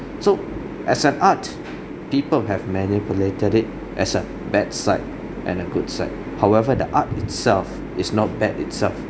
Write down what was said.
so as an art people have manipulated it as a bad side and a good side however the art itself is not bad itself